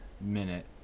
Minute